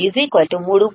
136 3